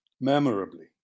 memorably